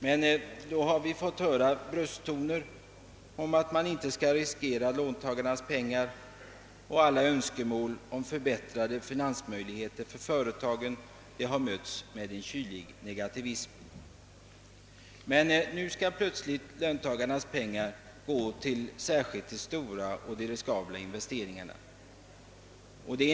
Men då har vi fått höra brösttoner om att man inte skall riskera »löntagarnas pengar», och alla önskemål om förbättrade finansieringsmöjligheter för företagen har mötts med kylig negativism. Nu skall plötsligt »löntagarnas pengar» gå till de särskilt stora och riskabla investeringarna.